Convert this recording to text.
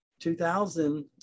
2000